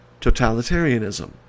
totalitarianism